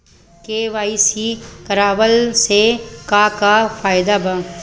KYC करवला से का का फायदा बा?